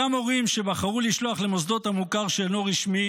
אותם הורים שבחרו לשלוח למוסדות המוכר שאינו רשמי